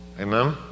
Amen